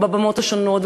ובבמות השונות,